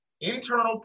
internal